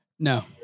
No